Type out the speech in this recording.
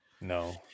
No